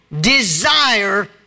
desire